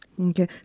Okay